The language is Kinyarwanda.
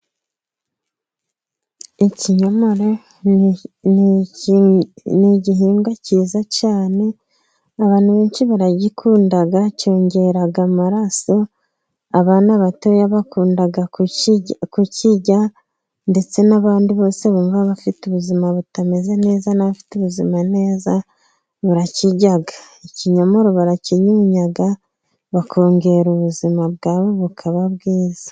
Ikinyomoro ni gihingwa cyiza cyane, abantu benshi baragikunda, cyongera amaraso, abana batoya bakunda kukirya, ndetse n'abandi bose bumva bafite ubuzima butameze neza n'abafite ubuzima neza, barakirya. Ikinyomoro barakinyunya, bakongera ubuzima bwabo bukaba bwiza.